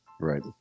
Right